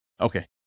Okay